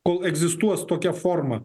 kol egzistuos tokia forma